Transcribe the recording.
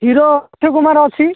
hero Akshay Kumar ଅଛି